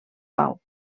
pau